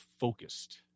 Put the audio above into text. focused